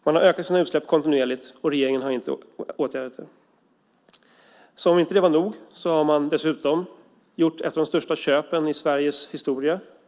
Man har ökat sina utsläpp kontinuerligt, och regeringen har inte åtgärdat det. Som om inte detta var nog har man dessutom gjort ett av de största köpen i Sveriges historia.